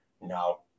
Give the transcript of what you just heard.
no